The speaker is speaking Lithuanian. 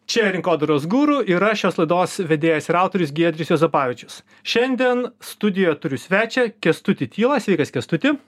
čia rinkodaros guru ir aš šios laidos vedėjas ir autorius giedrius juozapavičius šiandien studijoje turiu svečią kęstutį tylą sveikas kęstuti